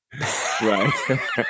right